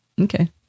Okay